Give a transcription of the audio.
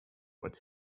what